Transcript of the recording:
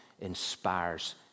inspires